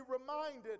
reminded